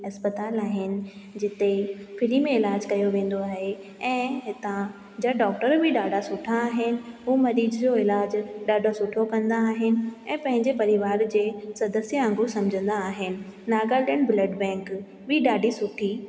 इस्पतालि आहिनि जिते फ्री में इलाजु कयो वेंदो आहे ऐं हितां जा डॉक्टर बि ॾाढा सुठा आहिनि हू मरीज़ जो इलाजु ॾाढो सुठो कंदा आहिनि ऐं पंहिंजे परिवार जे सदस्य वांगुरु सम्झंदा आहिनि नागालैंड ब्लड बैंक बि ॾाढी सुठी